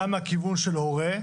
גם מהכיוון של הורה,